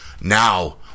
now